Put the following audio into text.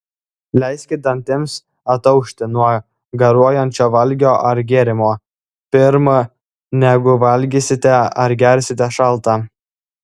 leiskit dantims ataušti nuo garuojančio valgio ar gėrimo pirm negu valgysite ar gersite šaltą